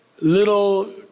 little